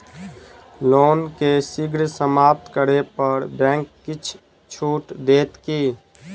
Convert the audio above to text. loan केँ शीघ्र समाप्त करै पर बैंक किछ छुट देत की